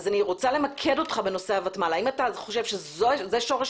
ולכן אני רוצה למקד אותך בנושא הוותמ"ל האם אתה חושב שזה שורש